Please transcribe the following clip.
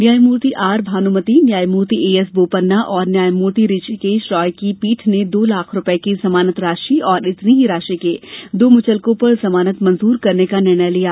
न्यायमूर्ति आर भानुमति न्यायमूर्ति A S Bopanna और न्यायमूर्ति हृषिकेश रॉय की पीठ ने दो लाख रुपये की जमानत राशि और इतनी ही राशि के दो मुचलकों पर जमानत मंजूर करने का निर्णय लिया